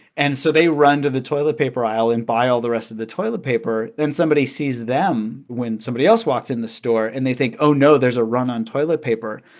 and so they run to the toilet paper aisle and buy all the rest of the toilet paper. then somebody sees them when somebody else walks in the store and they think, oh, no there's a run on toilet paper.